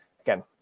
Again